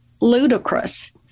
ludicrous